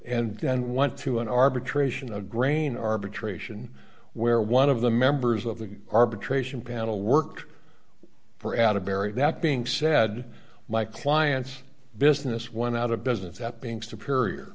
and then went to an arbitration of grain arbitration where one of the members of the arbitration panel worked for at a barrier that being said my client's business went out of business at being superior